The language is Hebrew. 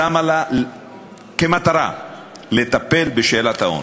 שמה לה כמטרה לטפל בשאלת העוני,